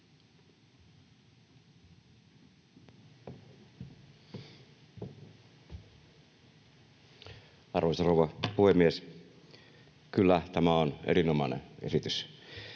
Arvoisa rouva puhemies! Kyllä, tämä on erinomainen esitys.